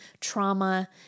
trauma